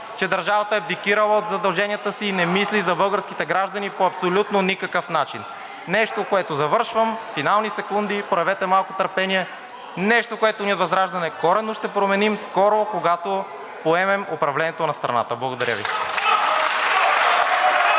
че държавата е абдикирала от задълженията си и не мисли за българските граждани по абсолютно никакъв начин – завършвам, финални секунди, проявете малко търпение – нещо, което ние от ВЪЗРАЖДАНЕ коренно ще променим скоро, когато поемем управлението на страната. Благодаря Ви.